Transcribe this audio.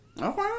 okay